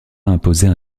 imposait